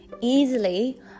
easily